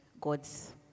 God's